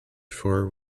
four